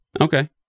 Okay